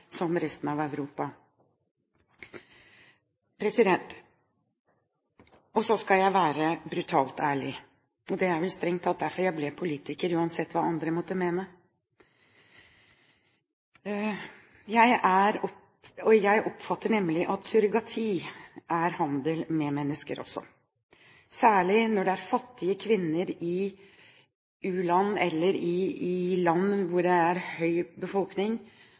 som resten av Europa har. Så skal jeg være brutalt ærlig. Det er strengt tatt derfor jeg ble politiker, uansett hva andre måtte mene. Jeg oppfatter nemlig surrogati også som handel med mennesker, særlig når det er fattige kvinner i u-land – eller i land hvor det er en stor befolkning